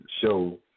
show